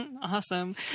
Awesome